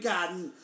Garden